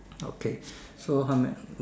okay so how much